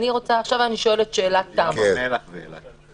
ים המלח ואילת.